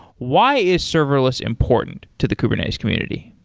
why is serverless important to the kubernetes community?